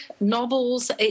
novels